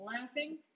laughing